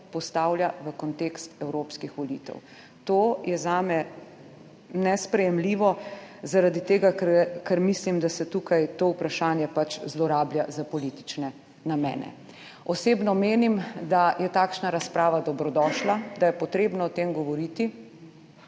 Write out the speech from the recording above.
postavlja v kontekst evropskih volitev. To je zame nesprejemljivo, zaradi tega, ker mislim, da se tukaj to vprašanje pač zlorablja za politične namene. Osebno menim, da je takšna razprava dobrodošla, da je potrebno o tem govoriti.